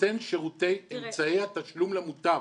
נותן שירותי אמצעי התשלום למוטב.